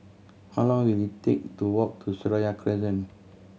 how long will it take to walk to Seraya Crescent